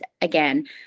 again